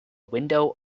window